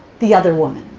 the other woman.